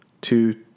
two